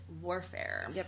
warfare